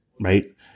right